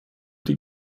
die